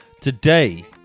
Today